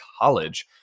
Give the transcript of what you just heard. college